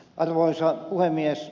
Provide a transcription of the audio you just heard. arvoisa puhemies